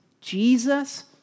Jesus